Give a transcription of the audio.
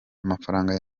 amafaranga